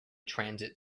transit